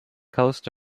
coast